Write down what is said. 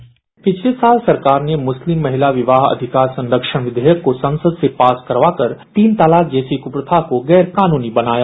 bite पिछले साल सरकार ने मुस्लिम महिला विवाह अधिकार संरक्षण विधेयक को संसद से पास करावा कर तीन तलाक जैसी कुप्रथा को गैर कानूनी बनाया